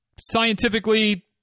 scientifically